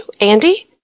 Andy